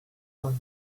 ans